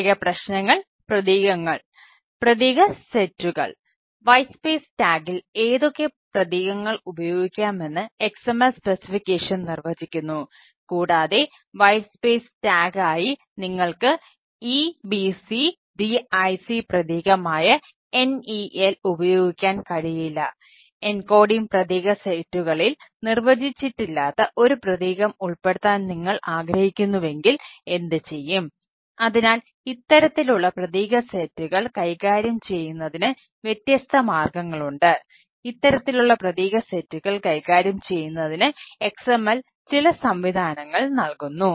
പ്രത്യേക പ്രശ്നങ്ങൾ പ്രതീകങ്ങൾ പ്രതീക സെറ്റുകൾ കൈകാര്യം ചെയ്യുന്നതിന് XML ചില സംവിധാനങ്ങൾ നൽകുന്നു